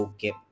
Okay